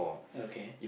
okay